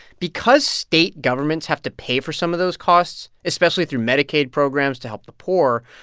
because state governments have to pay for some of those costs, especially through medicaid programs to help the poor,